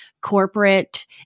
corporate